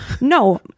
No